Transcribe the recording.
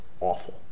awful